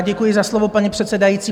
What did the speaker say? Děkuji za slovo, paní předsedající.